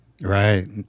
Right